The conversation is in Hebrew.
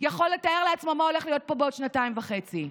יכול לתאר לעצמו מה הולך להיות פה בעוד שנתיים וחצי.